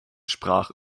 sprach